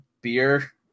beer